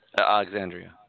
Alexandria